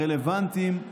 הרלוונטיים,